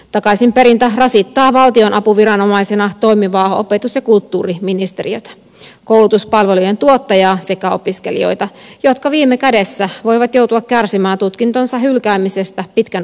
takaisinperintä rasittaa valtionapuviranomaisena toimivaa opetus ja kulttuuriministeriötä koulutuspalvelujen tuottajaa sekä opiskelijoita jotka viime kädessä voivat joutua kärsimään tutkintonsa hylkäämisestä pitkän opiskeluajan jälkeen